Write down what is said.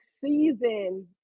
season